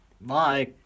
Bye